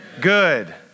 good